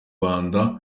rwanda